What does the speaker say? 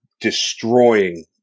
destroying